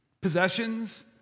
possessions